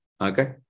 Okay